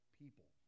people